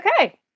Okay